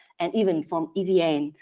and even from evn.